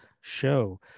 show